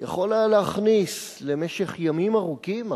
יכול היה להכניס למשך ימים ארוכים,